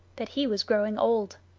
that he was growing old.